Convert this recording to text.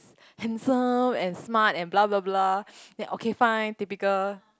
handsome and smart and blah blah blah then okay fine typical